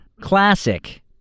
Classic